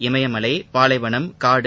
இமயமலை பாலைவளம் காடு